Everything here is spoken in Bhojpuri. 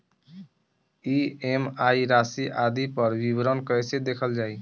ई.एम.आई राशि आदि पर विवरण कैसे देखल जाइ?